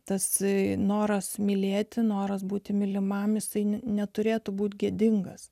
tasai noras mylėti noras būti mylimam visai neturėtų būti gėdingas